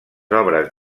obres